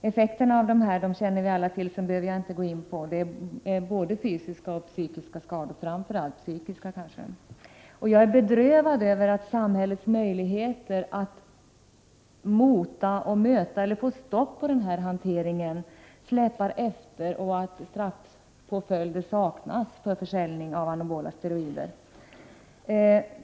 Eftersom vi alla känner till effekterna av anabola steroider — både fysiska och psykiska skador, kanske framför allt psykiska — behöver jag inte gå in på dem. Jag är bedrövad över att samhällets möjligheter att få stopp på hanteringen av dopingmedel släpar efter och över att straffpåföljder för försäljning av anabola steroider saknas.